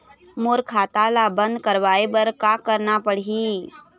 मोर खाता ला बंद करवाए बर का करना पड़ही?